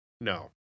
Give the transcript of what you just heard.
No